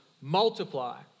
Multiply